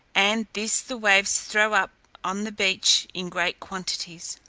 and this the waves throw up on the beach in great quantities.